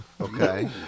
okay